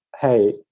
hey